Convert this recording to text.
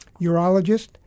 urologist